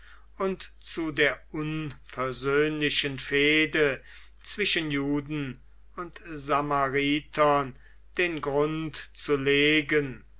und zu der unversöhnlichen fehde zwischen juden und samaritern den grund zu legen